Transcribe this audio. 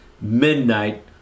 midnight